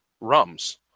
rums